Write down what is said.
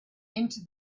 into